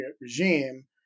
regime